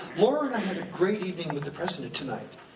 laura and i had a great evening with the president tonight.